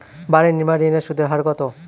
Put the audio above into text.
বাড়ি নির্মাণ ঋণের সুদের হার কত?